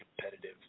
competitive